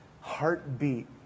heartbeat